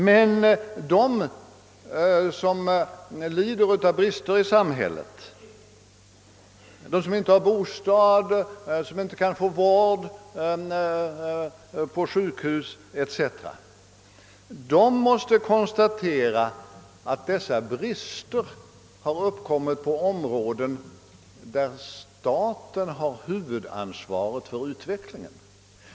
Men de som lider av brister i sam hället — de som inte har bostad, inte kan få vård på sjukhus etc. — måste konstatera att dessa brister har uppkommit på områden där staten har huvudansvaret för utvecklingen.